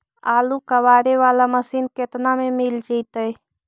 आलू कबाड़े बाला मशीन केतना में मिल जइतै?